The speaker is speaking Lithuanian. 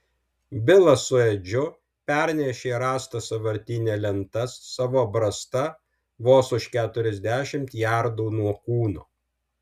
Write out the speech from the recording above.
bilas su edžiu pernešė rastas sąvartyne lentas savo brasta vos už keturiasdešimt jardų nuo kūno